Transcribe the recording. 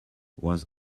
was